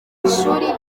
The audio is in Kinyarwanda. ishuri